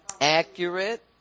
accurate